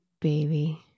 baby